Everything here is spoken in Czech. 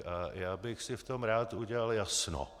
A já bych si v tom rád udělal jasno.